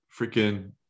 freaking